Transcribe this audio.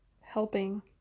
helping